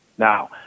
Now